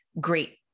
great